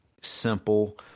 simple